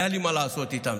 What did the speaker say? היה לי מה לעשות איתם.